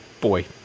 boy